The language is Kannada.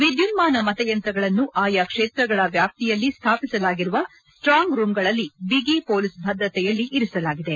ವಿದ್ಯುನ್ನಾನ ಮತ ಯಂತ್ರಗಳನ್ನು ಆಯಾ ಕ್ಷೇತ್ರಗಳ ವ್ಯಾಪ್ತಿಯಲ್ಲಿ ಸ್ಥಾಪಿಸಲಾಗಿರುವ ಸ್ವಾಂಗ್ ರೂಂಗಳಲ್ಲಿ ಬಿಗಿ ಪೊಲೀಸ್ ಭದ್ರತೆಯಲ್ಲಿ ಇರಿಸಲಾಗಿದೆ